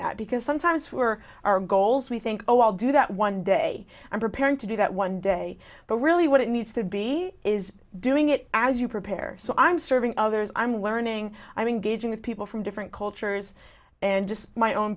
that because sometimes for our goals we think oh i'll do that one day i'm preparing to do that one day but really what it needs to be is doing it as you prepare so i'm serving others i'm learning i'm engaging with people from different cultures and just my own